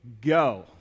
go